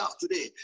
today